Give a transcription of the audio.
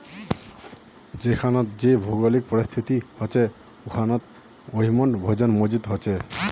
जेछां जे भौगोलिक परिस्तिथि होछे उछां वहिमन भोजन मौजूद होचे